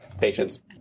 patience